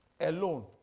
alone